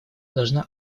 должна